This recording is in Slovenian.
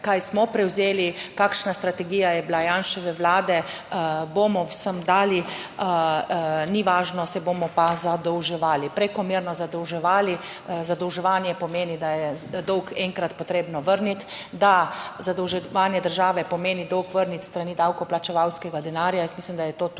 kaj smo prevzeli, kakšna strategija je bila Janševe Vlade, "bomo vsem dali, ni važno, se bomo pa zadolževali, prekomerno zadolževali." Zadolževanje pomeni, da je dolg enkrat potrebno vrniti. Zadolževanje države pomeni dolg vrniti s strani davkoplačevalskega denarja, jaz mislim, da je to tudi